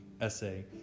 essay